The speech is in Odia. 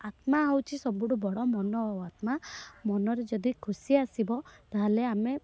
ଆତ୍ମା ହେଉଛି ସବୁଠୁ ବଡ଼ ମନ ଆଉ ଆତ୍ମା ମନରେ ଯଦି ଖୁସି ଆସିବ ତା'ହେଲେ ଆମେ